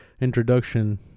introduction